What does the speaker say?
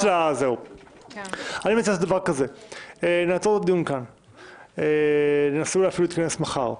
אני מציע שנעצור את הדיון כאן וננסה להתכנס אפילו מחר,